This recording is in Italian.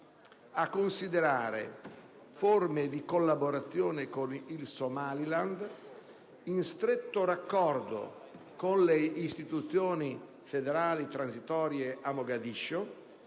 a considerare forme di collaborazione con il Somaliland - in stretto raccordo con le istituzioni federali transitorie a Mogadiscio